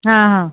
हां हां